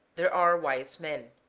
there are wise men